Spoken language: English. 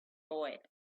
boy